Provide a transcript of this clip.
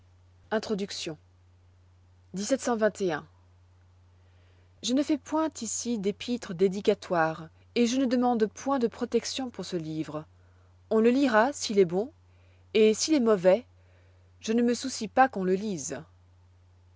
eux-mêmes je ne fais point ici d'épître dédicatoire et je ne demande point de protection pour ce livre on le lira s'il est bon et s'il est mauvais je ne me soucie pas qu'on le lise